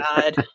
God